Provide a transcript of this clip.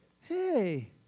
hey